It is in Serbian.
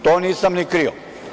To nisam ni krio.